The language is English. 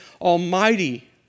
almighty